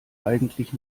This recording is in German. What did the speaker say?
eigentlich